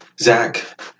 Zach